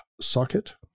socket